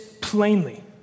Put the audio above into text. plainly